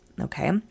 Okay